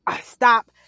stop